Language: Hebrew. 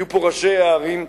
יהיו פה ראשי הערים,